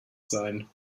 sein